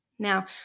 Now